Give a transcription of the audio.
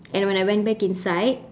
and when I went back inside